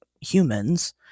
humans